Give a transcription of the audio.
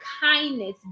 kindness